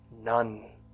None